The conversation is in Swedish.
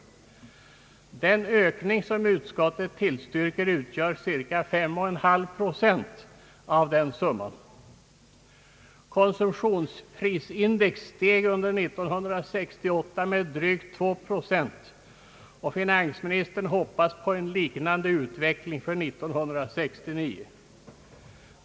Den ökning utskottet tillstyrker utgör cirka 5,5 procent av den summan. Konsumentprisindex steg under 1968 med drygt 2 procent, och finansministern hoppas på en liknande utveckling för 1969.